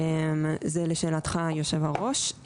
זה לשאלתך יושב הראש.